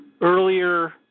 earlier